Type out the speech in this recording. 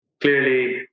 clearly